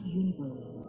universe